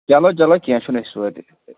چلو چلو کینٛہہ چھُنہٕ أسۍ وٲتۍ أسۍ وٲتۍ